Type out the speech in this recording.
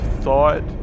thought